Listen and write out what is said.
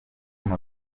moto